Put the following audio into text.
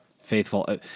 faithful